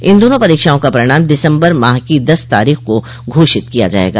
इन दोनों परीक्षाओं का परिणाम दिसम्बर माह की दस तारीख को घोषित किया जायेगा